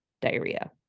diarrhea